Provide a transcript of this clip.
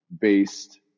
based